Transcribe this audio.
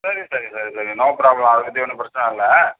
சரி சரி சரி சரி நோ ப்ராப்ளம் அதை பற்றி ஒன்றும் பிரச்சனை இல்லை